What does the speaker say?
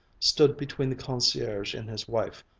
stood between the concierge and his wife,